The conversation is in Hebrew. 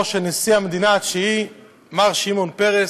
של נשיא המדינה התשיעי מר שמעון פרס.